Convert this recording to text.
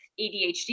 ADHD